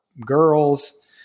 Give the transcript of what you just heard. girls